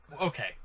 Okay